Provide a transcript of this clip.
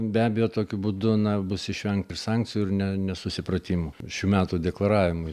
be abejo tokiu būdu na bus išvengta ir sankcijų ir ne nesusipratimų šių metų deklaravimui